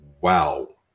wow